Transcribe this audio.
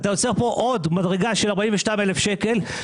אתה יוצר פה עוד מדרגה של 42,000 ₪,